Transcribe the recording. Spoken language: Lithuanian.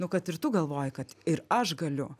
nu kad ir tu galvoji kad ir aš galiu